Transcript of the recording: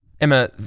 Emma